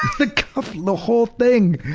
the kind of the whole thing.